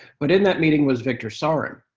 but in that meeting was victor tsaran,